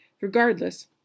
Regardless